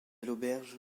l’auberge